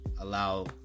allow